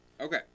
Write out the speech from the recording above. Okay